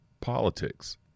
politics